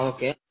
Okay